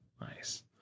Nice